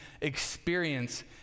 experience